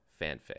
fanfic